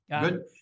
good